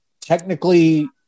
Technically